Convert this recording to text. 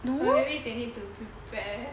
or maybe they need to prepare